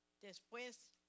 después